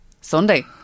Sunday